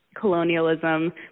Colonialism